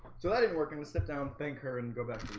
so i didn't working to sit down. thank her and go back